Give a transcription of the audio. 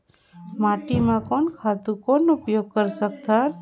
माटी म कोन खातु कौन उपयोग कर सकथन?